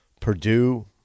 Purdue